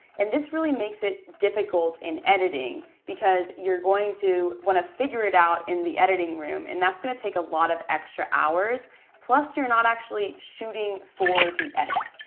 and this really makes it difficult in editing because you're going to wanna figure it out in the editing room and that's gonna take a lot of extra hours plus you're not actually shooting for the edit.